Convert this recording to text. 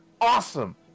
awesome